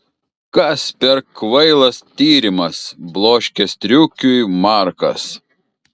kas per kvailas tyrimas bloškė striukiui markas